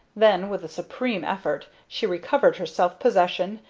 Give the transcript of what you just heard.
then, with a supreme effort, she recovered her self-possession,